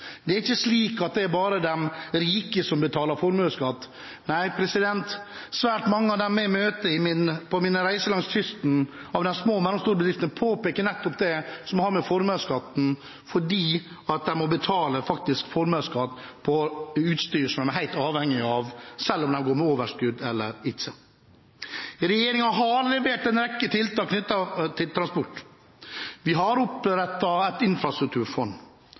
Det er ikke slik at det bare er de rike som betaler formuesskatt. Svært mange av de små og mellomstore bedriftene jeg møter på mine reiser langs kysten, påpeker nettopp det som har med formuesskatten å gjøre, at de må betale formuesskatt på utstyr som de er helt avhengig av, om de går med overskudd eller ikke. Regjeringen har levert en rekke tiltak knyttet til transport. Vi har opprettet et infrastrukturfond.